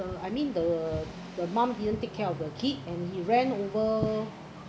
I mean the the mum didn't take care of the kid and it ran over